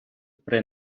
при